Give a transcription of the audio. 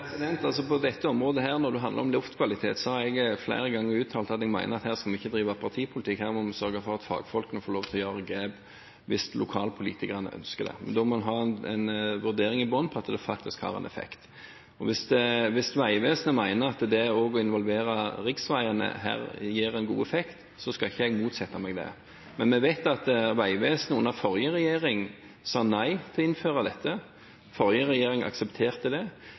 På dette området, som handler om luftkvalitet, har jeg flere ganger uttalt at jeg mener at vi her ikke skal drive partipolitikk. Her må vi sørge for at fagfolkene får lov til å ta grep hvis lokalpolitikerne ønsker det. Men da må det ligge en vurdering til grunn om at det faktisk har en effekt. Hvis Vegvesenet mener at det å involvere riksveiene gir en god effekt, skal ikke jeg motsette meg det. Men vi vet at Vegvesenet under den forrige regjeringen sa nei til å innføre dette. Den forrige regjeringen aksepterte det.